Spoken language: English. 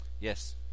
Yes